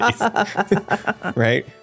right